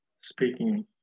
speaking